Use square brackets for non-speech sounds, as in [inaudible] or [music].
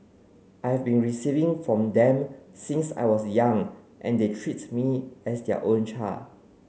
I have been receiving from them since I was young and they treat me as their own [unintelligible]